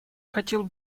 хотел